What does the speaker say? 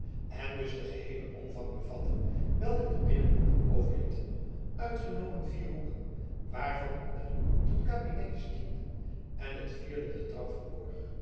en dus den geheelen omvang bevatte welken de binnenmuren overlieten uitgenomen vier hoeken waarvan er drie tot kabinetjes dienden en het vierde de trap verborg